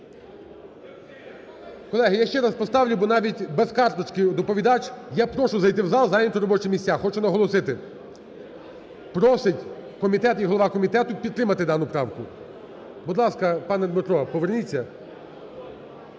Колеги, я ще раз поставлю, бо навіть без карточки доповідач. Я прошу зайти в зал, зайняти робочі місця. Я хочу наголосити, просить комітет і голова комітету підтримати дану правку. Будь ласка, пане Дмитро, поверніться.